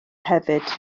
hefyd